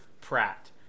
Pratt